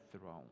throne